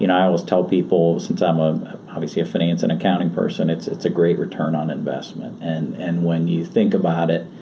you know i i always tell people since i'm ah obviously a finance and accounting person, it's it's a great return on investment and and when you think about it,